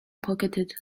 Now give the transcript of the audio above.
pocketed